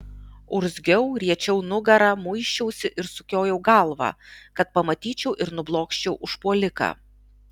urzgiau riečiau nugarą muisčiausi ir sukiojau galvą kad pamatyčiau ir nublokščiau užpuoliką